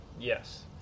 Yes